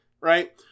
right